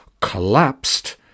collapsed